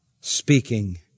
speaking